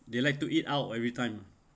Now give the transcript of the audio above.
they like to eat out every time ah